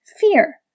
fear